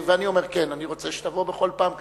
ואני אומר: כן, אני רוצה שתבוא בכל פעם.